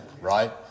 right